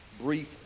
Brief